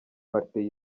martin